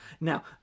Now